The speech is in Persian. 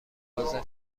حاضر